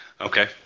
Okay